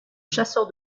chasseur